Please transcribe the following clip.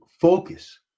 focus